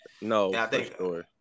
No